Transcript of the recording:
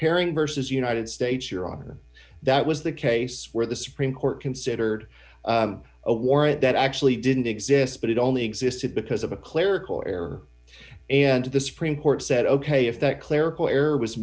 parent versus united states your honor that was the case where the supreme court considered a warrant that actually didn't exist but it only existed because of a clerical error and the supreme court said ok if that clerical error was